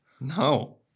No